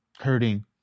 hurting